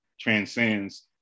transcends